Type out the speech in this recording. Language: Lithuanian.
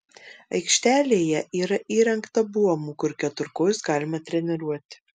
aikštelėje yra įrengta buomų kur keturkojus galima treniruoti